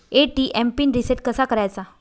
ATM PIN reset कसा करायचा?